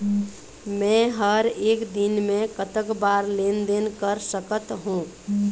मे हर एक दिन मे कतक बार लेन देन कर सकत हों?